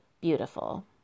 beautiful